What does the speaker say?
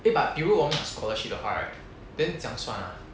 eh but 比如我们拿 scholarship 的话 right then 怎样算 ah